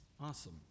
awesome